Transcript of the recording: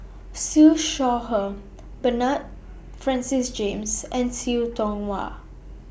Siew Shaw Her Bernard Francis James and Siu Tong Wah